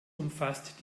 umfasst